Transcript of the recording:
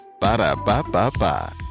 Ba-da-ba-ba-ba